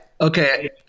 Okay